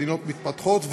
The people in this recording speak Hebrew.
מדינות מתפתחות,